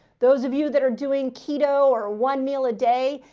those of you that are doing keto or one meal a day,